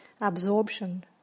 absorption